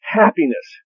happiness